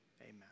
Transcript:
Amen